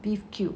beef cube